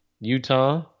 Utah